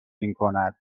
میکند